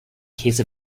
case